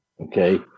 Okay